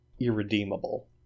irredeemable